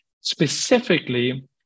specifically